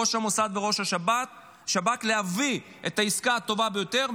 ראש המוסד וראש השב"כ להביא את העסקה הטובה ביותר,